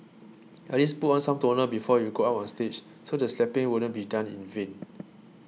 at least put on some toner before you go up on stage so the slapping wouldn't be done in vain